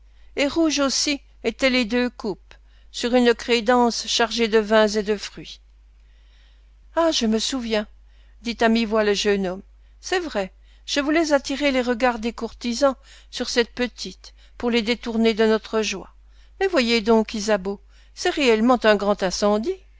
et rouges aussi étaient les deux coupes sur une crédence chargée de vins et de fruits ah je me souviens dit à mi-voix le jeune homme c'est vrai je voulais attirer les regards des courtisans sur cette petite pour les détourner de notre joie mais voyez donc ysabeau c'est réellement un grand incendie